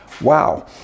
Wow